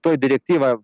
tuoj direktyva